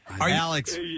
Alex